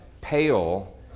pale